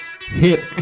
hip